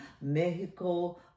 Mexico